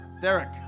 Derek